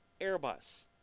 Airbus